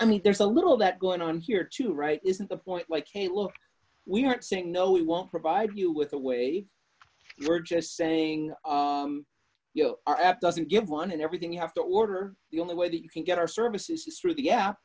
i mean there's a little of that going on here too right isn't a point like hey look we aren't saying no we won't provide you with the way you were just saying you know our app doesn't give one and everything you have to order the only way that you can get our service is through the gap